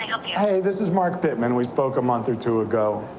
help you? hey, this is mark bittman. we spoke a month or two ago.